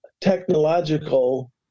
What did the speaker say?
technological